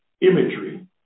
imagery